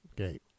okay